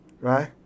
right